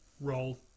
roll